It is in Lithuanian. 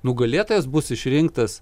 nugalėtojas bus išrinktas